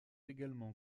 également